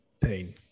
pain